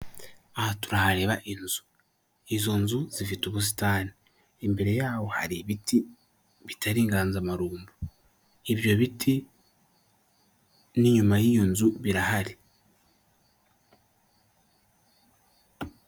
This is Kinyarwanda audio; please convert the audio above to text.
Aha turahareba inzu, izo nzu zifite ubusitani, imbere yaho hari ibiti bitari inganzamarumbo, ibyo biti n'inyuma y'iyo nzu birahari.